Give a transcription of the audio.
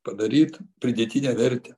padaryt pridėtinę vertę